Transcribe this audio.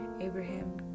Abraham